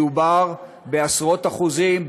מדובר בעשרות אחוזים,